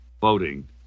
voting